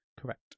correct